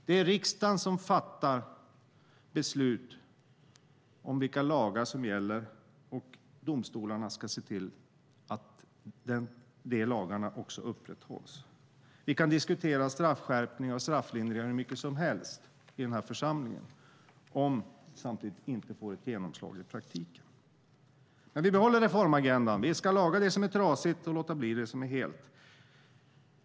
Det är riksdagen som fattar beslut om vilka lagar som gäller, och domstolarna ska se till att dessa lagar upprätthålls. Vi kan diskutera straffskärpning och strafflindring hur mycket som helst i denna församling om vi inte samtidigt får ett genomslag i praktiken. Vi behåller dock reformagendan: Vi ska laga det som är trasigt och låta bli det som är helt.